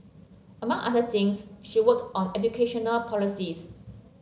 among other things she worked on educational policies